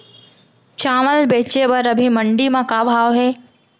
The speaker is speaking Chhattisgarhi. चांवल बेचे बर अभी मंडी म का भाव हे?